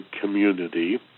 community